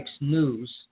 News